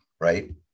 right